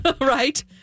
right